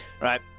Right